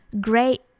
Great